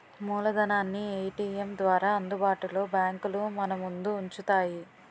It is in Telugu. మూలధనాన్ని ఏటీఎం ద్వారా అందుబాటులో బ్యాంకులు మనముందు ఉంచుతాయి